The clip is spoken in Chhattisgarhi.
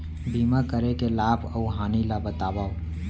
बीमा करे के लाभ अऊ हानि ला बतावव